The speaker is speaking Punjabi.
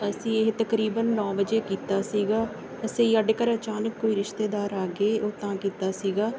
ਅਸੀਂ ਇਹ ਤਕਰੀਬਨ ਨੌਂ ਵਜੇ ਕੀਤਾ ਸੀਗਾ ਅਸੀਂ ਸਾਡੇ ਘਰ ਅਚਾਨਕ ਕੋਈ ਰਿਸ਼ਤੇਦਾਰ ਆ ਗਏ ਉਹ ਤਾਂ ਕੀਤਾ ਸੀਗਾ